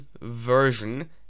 version